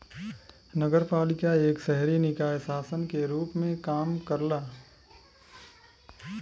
नगरपालिका एक शहरी निकाय शासन के रूप में काम करला